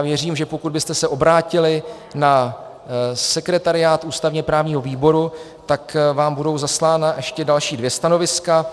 Věřím, že pokud byste se obrátili na sekretariát ústavněprávního výboru, tak vám budou zaslána ještě další dvě stanoviska.